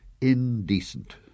indecent